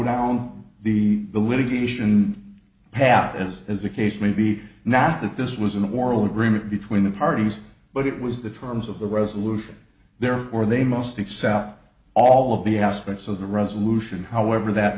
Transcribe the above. down the the litigation path as as the case may be not that this was an oral agreement between the parties but it was the terms of the resolution therefore they must accept all of the aspects of the resolution however that